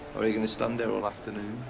are you gonna stand there all afternoon?